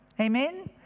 Amen